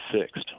fixed